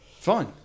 Fine